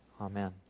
Amen